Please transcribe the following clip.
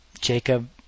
Jacob